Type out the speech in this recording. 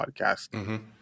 podcast